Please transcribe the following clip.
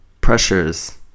pressures